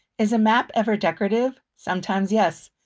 is a map ever decorative? sometimes, yes.